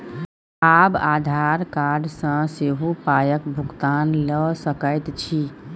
आब आधार कार्ड सँ सेहो पायक भुगतान ल सकैत छी